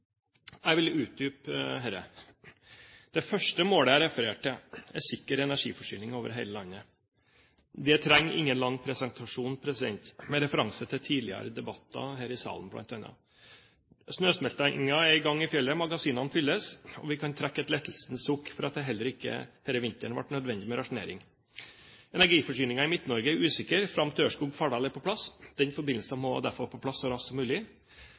Jeg vil utdype dette. Det første målet jeg refererte til, er sikker energiforsyning over hele landet. Det trenger ingen lang presentasjon, med referanse til bl.a. tidligere debatter her i salen. Snøsmeltingen er i gang i fjellet, magasinene fylles, og vi kan trekke et lettelsens sukk for at det heller ikke denne vinteren ble nødvendig med rasjonering. Energiforsyningen i Midt-Norge er usikker fram til Ørskog–Fardal er på plass. Denne forbindelsen må derfor på plass så raskt som mulig.